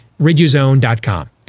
RidUZone.com